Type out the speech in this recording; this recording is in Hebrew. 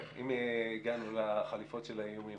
הנה הגענו לחליפות של האיומים.